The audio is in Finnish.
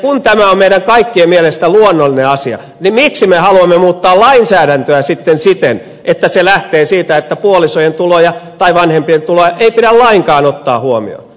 kun tämä on meidän kaikkien mielestä luonnollinen asia miksi me haluamme muuttaa lainsäädäntöä sitten siten että se lähtee siitä että puolison tuloja tai vanhempien tuloja ei pidä lainkaan ottaa huomioon